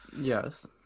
yes